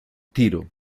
tiro